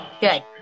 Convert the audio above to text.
good